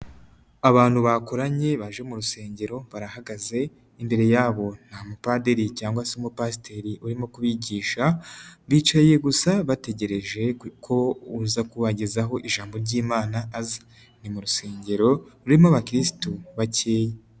Abantu bakoranye baje mu rusengero barahagaze, imbere yabo nta mupadiri cyangwa se umupasiteri urimo kubigisha, bicaye gusa bategereje ko uza kubagezaho ijambo ry'imana aza, ni mu rusengero rurimo abakirisitu bakeya.